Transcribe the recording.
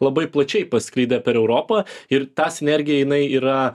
labai plačiai pasklidę per europą ir ta sinergija jinai yra